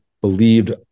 believed